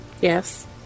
Yes